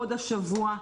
עוד השבוע,